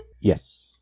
Yes